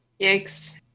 Yikes